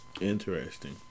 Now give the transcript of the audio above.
Interesting